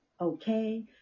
okay